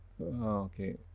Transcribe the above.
Okay